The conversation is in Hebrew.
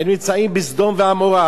הם נמצאים בסדום ועמורה.